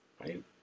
right